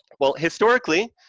well, historically,